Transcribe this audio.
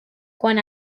quan